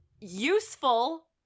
useful